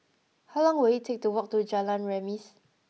how long will it take to walk to Jalan Remis